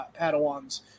Padawans